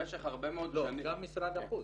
במשך הרבה מאוד שנים -- גם משרד החוץ.